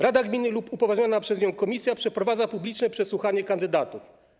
Rada gminy lub upoważniona przez nią komisja przeprowadza publiczne przesłuchanie kandydatów.